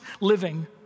living